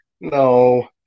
No